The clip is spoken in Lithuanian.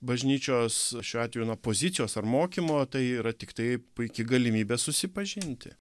bažnyčios šiuo atveju na pozicijos ar mokymo tai yra tiktai puiki galimybė susipažinti